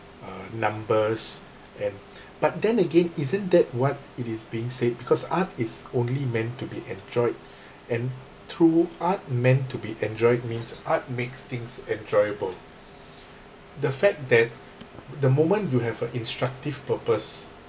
uh numbers and but then again isn't that what it is being said because art is only meant to be enjoyed and through art meant to be enjoyed means art makes things enjoyable the fact that the moment you have a instructive purpose